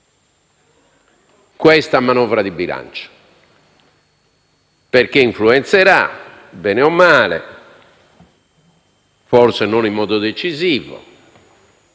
questa manovra di bilancio, perché influenzerà bene o male, forse non in modo decisivo,